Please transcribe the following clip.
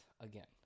again